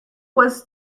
was